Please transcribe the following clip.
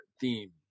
theme